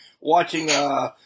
watching